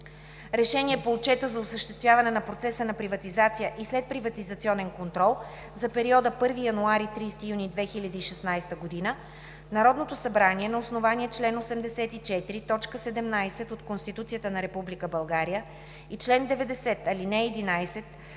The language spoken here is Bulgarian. „РЕШЕНИЕ по Отчета за осъществяване на процеса на приватизация и следприватизационен контрол за периода 1 януари – 30 юни 2016 г. Народното събрание на основание чл. 84, т. 17 от Конституцията на Република